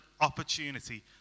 opportunity